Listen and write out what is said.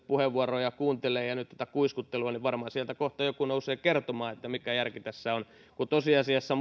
puheenvuoroja kuuntelee ja nyt tätä kuiskuttelua niin varmaan sieltä kohta joku nousee kertomaan mikä järki tässä on kun tosiasiassa